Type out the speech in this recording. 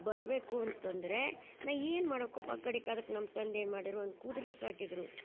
ಬರಬೇಕು ಅಂತಂದರೆ ನಾ ಏನು ಮಾಡೋಕು ಕಡಿಕ್ ಕಾಲಕ್ಕೆ ನಮ್ಮ ತಂದೆ ಏನು ಮಾಡಿರು ಒಂದು ಕುದ್ರೆ ಸಾಕಿದ್ದರು